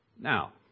Now